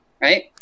Right